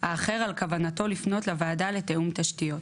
האחר על כוונתו לפנות לוועדה לתיאום תשתיות.